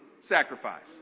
sacrifice